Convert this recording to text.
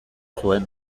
zuen